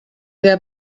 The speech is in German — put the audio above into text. der